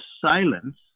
silence